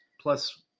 plus